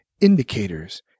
indicators